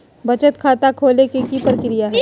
बचत खाता खोले के कि प्रक्रिया है?